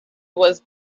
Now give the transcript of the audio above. was